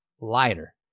lighter